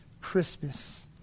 Christmas